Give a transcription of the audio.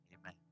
Amen